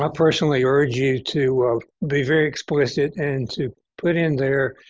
um personally urge you to be very explicit and to put in there,